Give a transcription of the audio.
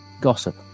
gossip